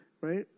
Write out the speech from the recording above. Right